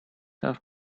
have